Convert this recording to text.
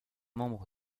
membre